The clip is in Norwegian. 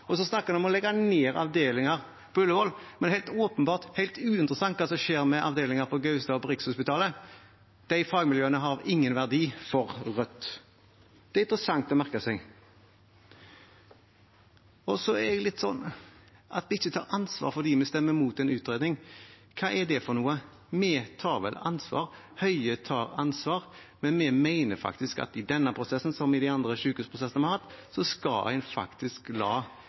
Og så snakker han om å legge ned avdelinger på Ullevål, men det er åpenbart helt uinteressant hva som skjer med avdelingene på Gaustad og på Rikshospitalet. De fagmiljøene har ingen verdi for Rødt. Det er interessant å merke seg. At vi ikke tar ansvar fordi vi stemmer mot en utredning – hva er det for noe? Vi tar vel ansvar, Høie tar ansvar, men vi mener faktisk at i denne prosessen, som i de andre sykehusprosessene vi har hatt, skal en la